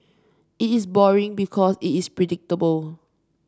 it is boring because it is predictable